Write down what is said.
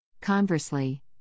Conversely